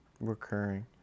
recurring